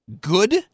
good